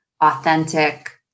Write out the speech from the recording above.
authentic